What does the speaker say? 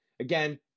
Again